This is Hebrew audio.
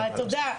תודה,